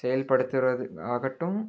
செயல்படுத்துவது ஆகட்டும்